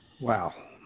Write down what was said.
Wow